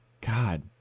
God